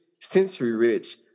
sensory-rich